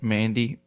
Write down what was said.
Mandy